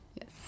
Yes